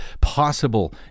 possible